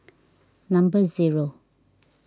number zero